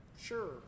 Sure